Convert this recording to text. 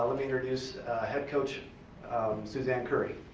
me introduce head coach suzanne curry.